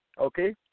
okay